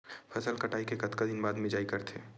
फसल कटाई के कतका दिन बाद मिजाई करथे?